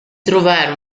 trovare